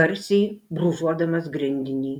garsiai brūžuodamas grindinį